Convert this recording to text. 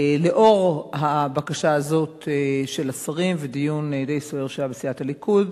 לנוכח הבקשה הזאת של השרים ודיון די סוער שהיה בסיעת הליכוד,